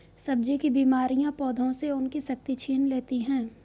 सब्जी की बीमारियां पौधों से उनकी शक्ति छीन लेती हैं